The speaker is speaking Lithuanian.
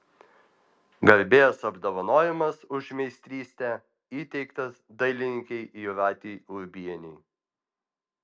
garbės apdovanojimas už meistrystę įteiktas dailininkei jūratei urbienei